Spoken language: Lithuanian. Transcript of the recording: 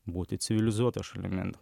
būti civilizuota šalimi